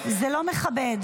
זה לא מכבד.